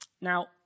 Now